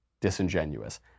Disingenuous